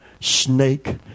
snake